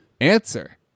Answer